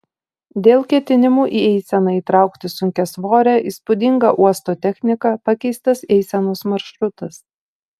dėl ketinimų į eiseną įtraukti sunkiasvorę įspūdingą uosto techniką pakeistas eisenos maršrutas